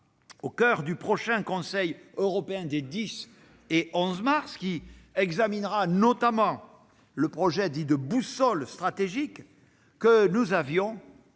au coeur du prochain Conseil européen des 10 et 11 mars prochains qui examinera notamment le projet de boussole stratégique que nous avions,